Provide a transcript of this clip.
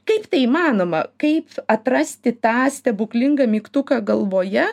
kaip tai įmanoma kaip atrasti tą stebuklingą mygtuką galvoje